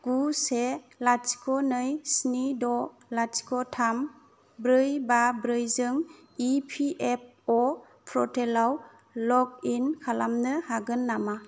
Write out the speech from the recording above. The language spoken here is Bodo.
गु से लाथिख' नै स्नि द' लाथिख' थाम ब्रै बा ब्रैजों इ पि एफअ' पर्टेलाव लग इन खालामनो हागोन नामा